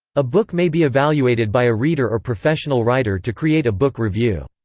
a book may be evaluated by a reader or professional writer to create a book review.